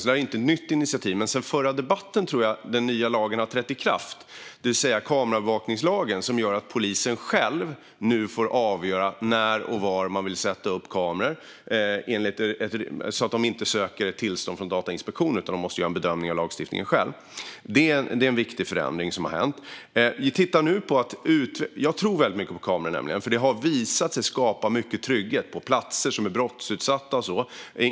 Det är inte ett nytt initiativ, men jag tror att den nya kameraövervakningslagen har trätt i kraft sedan den förra debatten. Det innebär att polisen måste göra en bedömning av lagstiftningen. De får själv avgöra när och var de vill sätta upp kameror och behöver inte söka om tillstånd från Datainspektionen. Det är en viktig förändring som har skett. Jag tror väldigt mycket på kamerorna, för de har visat sig skapa mycket trygghet på platser som är brottsutsatta.